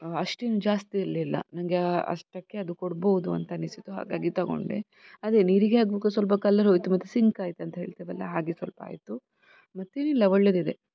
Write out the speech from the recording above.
ಅಷ್ಟೇನು ಜಾಸ್ತಿ ಇರಲಿಲ್ಲ ನನಗೆ ಅಷ್ಟಕ್ಕೇ ಅದು ಕೊಡ್ಬೌದು ಅಂತ ಅನಿಸಿತು ಹಾಗಾಗಿ ತಗೊಂಡೆ ಅದೇ ನೀರಿಗೆ ಹಾಕುವಾಗ ಸ್ವಲ್ಪ ಕಲ್ಲರ್ ಹೋಯಿತು ಮತ್ತು ಸಿಂಕ್ ಆಯ್ತು ಅಂತ ಹೇಳ್ತೇವಲ್ಲ ಹಾಗೆ ಸ್ವಲ್ಪ ಆಯಿತು ಮತ್ತೇನಿಲ್ಲ ಒಳ್ಳೆಯದಿದೆ